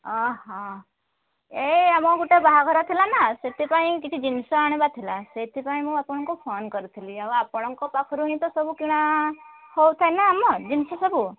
ହଁ ହଁ ଏ ଆମ ଗୋଟେ ବାହାଘର ଥିଲା ନା ସେଥିପାଇଁ କିଛି ଜିନିଷ ଆଣିବାର ଥିଲା ସେଥିପାଇଁ ମୁଁ ଆପଣଙ୍କୁ ଫୋନ କରିଥିଲି ଆଉ ଆପଣଙ୍କ ପାଖରୁ ହିଁ ତ ସବୁ କିଣା ହେଉଥାଏ ନା ଆମ ଜିନିଷ ସବୁ